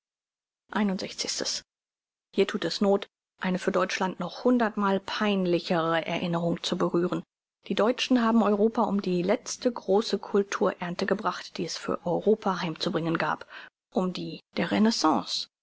hier thut es noth eine für deutsche noch hundertmal peinlichere erinnerung zu berühren die deutschen haben europa um die letzte große cultur ernte gebracht die es für europa heimzubringen gab um die der renaissance